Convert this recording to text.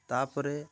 ତା'ପରେ